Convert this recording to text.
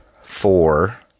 four